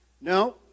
No